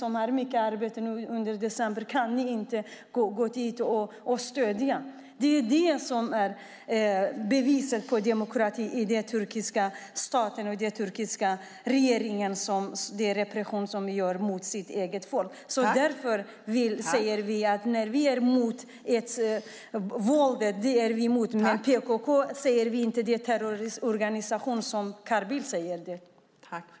Jag ber dem åka dit och stödja Erbey, eftersom vi har så mycket arbete under december. Detta är ett bevis på demokrati i den turkiska staten och den repression som den turkiska regeringen utövar mot sitt eget folk. Vi säger att vi är emot våldet, men till skillnad från Carl Bildt säger vi inte att PKK är en terrororganisation.